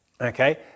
Okay